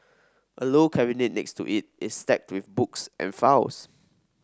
a low cabinet next to it is stacked with books and files